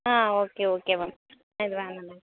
ஆ okay okay ma'am இது வேணாம் ma'am